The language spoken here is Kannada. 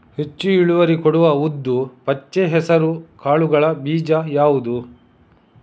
ಹೆಚ್ಚು ಇಳುವರಿ ಕೊಡುವ ಉದ್ದು, ಪಚ್ಚೆ ಹೆಸರು ಕಾಳುಗಳ ಬೀಜ ಯಾವುದು?